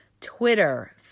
Twitter